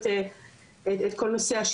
כי בעצם החשדנו את התקופה הזאת